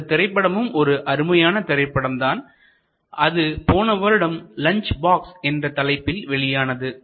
அந்த திரைப்படமும் ஒரு அருமையான திரைப்படம் தான் அது போன வருடம் லஞ்ச் பாக்ஸ் என்ற தலைப்பில் வெளியானது